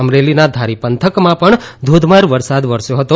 અમરેલીના ધારી પંથકમાં પણ ધોધમાર વરસાદ વરસ્યો હતો